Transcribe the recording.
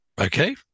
Okay